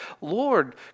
Lord